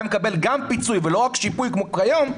מקבל גם פיצוי ולא רק שיפוי כמו היום.